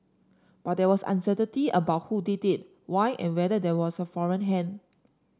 but there was uncertainty about who did it why and whether there was a foreign hand